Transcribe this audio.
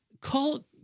call